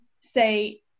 say